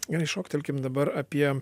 gerai šoktelkim dabar apie